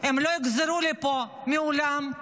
הם לא יחזרו לפה לעולם,